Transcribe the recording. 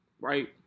right